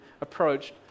approached